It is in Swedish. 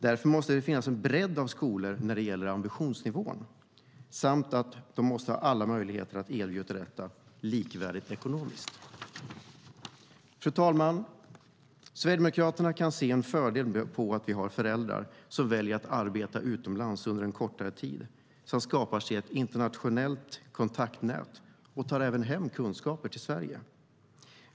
Därför måste det finnas en bredd av skolor när det gäller ambitionsnivån, och de måste alla ha möjlighet att erbjuda detta likvärdigt ekonomiskt. Fru talman! Sverigedemokraterna kan se med fördel på att det finns föräldrar som väljer att arbeta utomlands under en kortare tid samt skapar sig ett internationellt kontaktnät och tar hem kunskaper till Sverige.